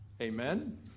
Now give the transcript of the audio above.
Amen